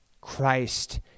Christ